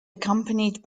accompanied